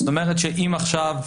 זאת אומרת אם עכשיו,